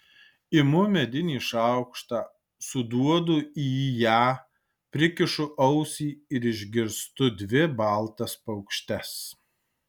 imu medinį šaukštą suduodu į ją prikišu ausį ir išgirstu dvi baltas paukštes